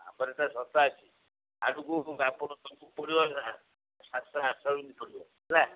ଆମ୍ବ ରେଟ୍ଟା ଶସ୍ତା ଅଛି ଆଗକୁ ଆପଣଙ୍କୁ ପଡ଼ିବ ସାତଶହ ଆଠଶହ ଏମତି ପଡ଼ିବ ହେଲା